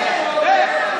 השיתופיות (מספר בתי אב ביישוב קהילתי),